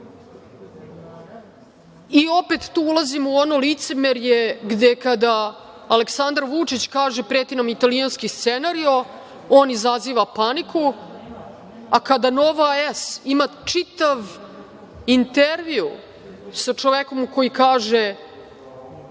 opet tu ulazimo u ono licemerje, gde, kada Aleksandar Vučić kaže – preti nam italijanski scenario, on izaziva paniku, a kada „Nova S“ ima čitav intervju sa čovekom koji kaže